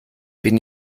bin